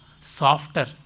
softer